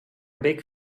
big